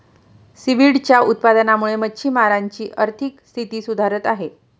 सीव्हीडच्या उत्पादनामुळे मच्छिमारांची आर्थिक स्थिती सुधारत आहे